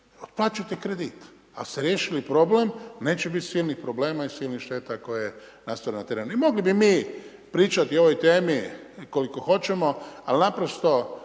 otplaćujete kredit ali ste riješili problem, neće biti silnih problema i silnih šteta koje nastanu na terenu. I mogli bi mi pričati o ovoj temi koliko hoćemo ali naprosto